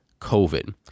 COVID